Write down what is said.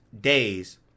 days